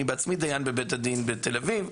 אני בעצמי דיין בבית הדין בתל אביב,